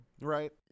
Right